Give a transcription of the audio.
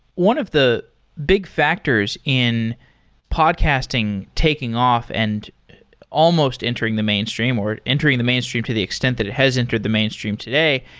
one of the big factors in podcasting taking off and almost entering the mainstream, or entering the mainstream to the extent that it has entered the mainstream today,